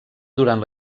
durant